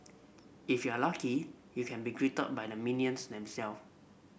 if you're lucky you can be greeted by the minions